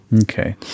okay